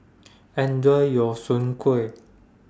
Enjoy your Soon Kueh